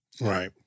Right